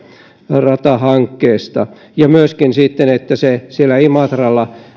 ratahankkeesta ja myöskin toivon että se siellä imatralla